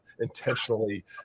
intentionally